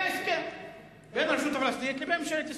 היה הסכם בין הרשות הפלסטינית לבין ממשלת ישראל,